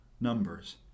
numbers